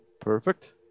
Perfect